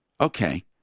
Okay